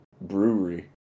brewery